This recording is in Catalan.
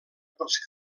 pels